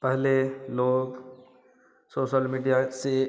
पहले लोग social media से